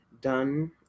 done